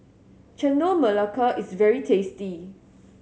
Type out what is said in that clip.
Chendol Melaka is very tasty